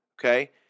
Okay